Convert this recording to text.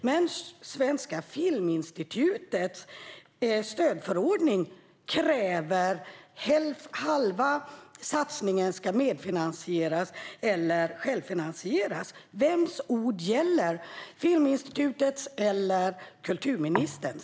Men i Svenska Filminstitutets stödförordning krävs det att halva satsningen ska medfinansieras eller självfinansieras. Vems ord gäller, Filminstitutets eller kulturministerns?